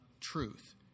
truth